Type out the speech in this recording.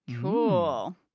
Cool